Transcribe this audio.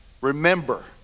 Remember